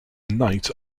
knight